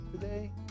today